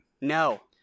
No